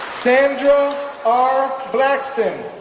sandra r. blackston,